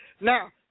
Now